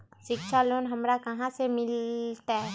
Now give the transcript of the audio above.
शिक्षा लोन हमरा कहाँ से मिलतै?